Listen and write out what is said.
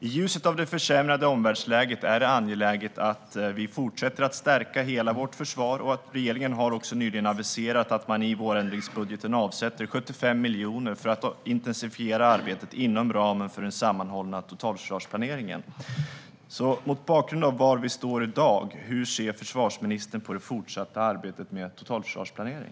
I ljuset av det försämrade omvärldsläget är det angeläget att vi fortsätter att stärka hela vårt försvar. Regeringen har också nyligen aviserat att man i vårändringsbudgeten avsätter 75 miljoner för att intensifiera arbetet inom ramen för den sammanhålla totalförsvarsplaneringen. Mot bakgrund av var vi står i dag: Hur ser försvarsministern på det fortsatta arbetet med totalförsvarsplanering?